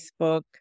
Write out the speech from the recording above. Facebook